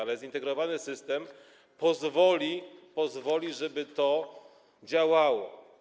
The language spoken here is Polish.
Ale zintegrowany system pozwoli na to, żeby to działało.